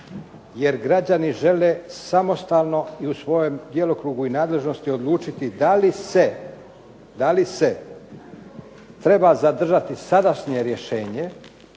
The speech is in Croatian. jer građani žele samostalno i u svojem djelokrugu i nadležnosti odlučiti da li se treba zadržati sadašnje rješenje